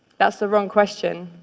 that's the wrong question.